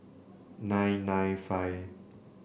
nine nine five